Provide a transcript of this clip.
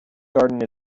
garden